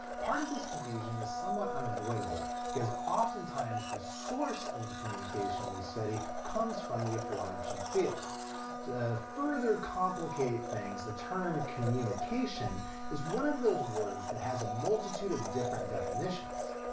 part of this confusion is somewhat unavoidable because often times the source of the communication we study comes from the aforementioned fields. to further complicate things the term communication is one of those words that has a multitude a different definitions.